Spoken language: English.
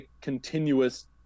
continuous